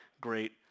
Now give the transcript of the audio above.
great